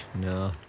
no